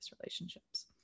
relationships